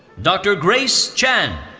dr. grace chen.